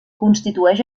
constitueix